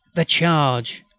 the charge!